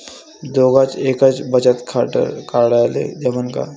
दोघाच एकच बचत खातं काढाले जमनं का?